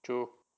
true